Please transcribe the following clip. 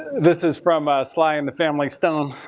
this is from sly and the family stone.